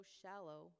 shallow